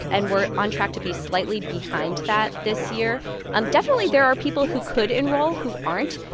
and we're on track to be slightly behind that this year um definitely, there are people who could enroll who aren't.